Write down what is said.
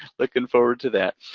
lookin' forward to that.